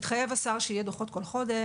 התחייב השר שיהיו דוחות בכל חודש.